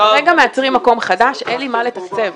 כרגע מאתרים מקום חדש, אין לי מה לתקצב.